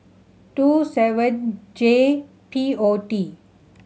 two seven J P O T